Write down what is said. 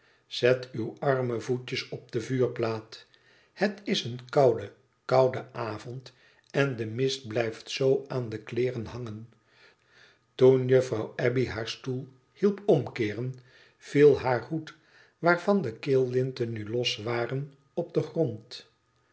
zet uwe arme voetjes op de vuurplaat het is een koude koude avond en de mist blijft zoo aan de kleeren hangen toen juffrouw abbey haar stoel hielp omkeeren viel haar hoed waarvan de keellinte nu los waren op den grond